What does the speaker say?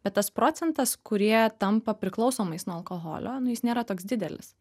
bet tas procentas kurie tampa priklausomais nuo alkoholio nu jis nėra toks didelis